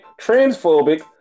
transphobic